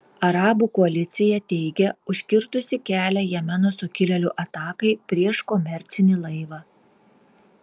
arabų koalicija teigia užkirtusi kelią jemeno sukilėlių atakai prieš komercinį laivą